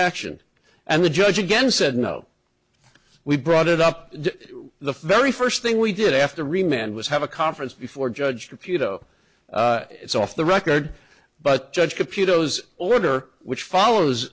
action and the judge again said no we brought it up the very first thing we did after re man was have a conference before judge computer oh it's off the record but judge computer goes order which follows